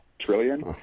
trillion